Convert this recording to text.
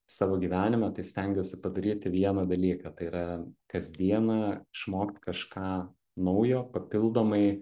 savo gyvenime tai stengiuosi padaryti vieną dalyką tai yra kas dieną išmokt kažką naujo papildomai